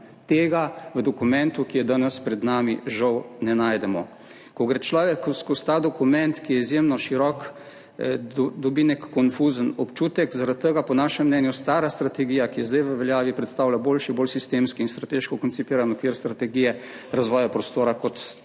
Tega v dokumentu, ki je danes pred nami, žal ne najdemo. Ko gre človek skozi ta dokument, ki je izjemno širok, dobi nek konfuzen občutek. Zaradi tega po našem mnenju stara strategija, ki je zdaj v veljavi, predstavlja boljši, bolj sistemski in strateško koncipiran okvir strategije razvoja prostora, kot